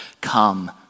come